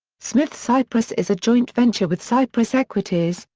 smith cypress is a joint venture with cypress equities,